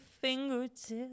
fingertips